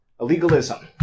Illegalism